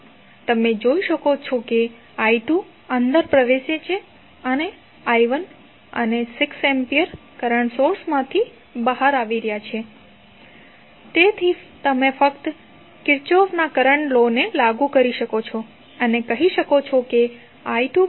તમે જોઈ શકો છો કે i2 અંદર પ્રેવેશે છે અને i1 અને 6 એમ્પીયર કરંટ સોર્સ બહાર નીકળી રહ્યા છે તેથી તમે ફક્ત કિર્ચોફના કરંટ લો ને લાગુ કરી શકો છો અને કહી શકો છો કે i2i16